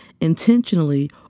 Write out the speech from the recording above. intentionally